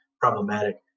problematic